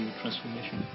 transformation